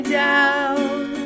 down